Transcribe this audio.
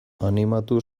animatu